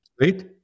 right